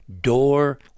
door